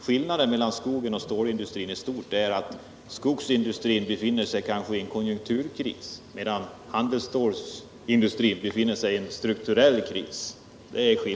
Skillnaden mellan den och stålindustrin i stort är att skogsindustrin befinner sig i en konjunkturkris, medan handelsstålsindustrin befinner sig i en strukturell kris.